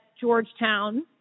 Georgetown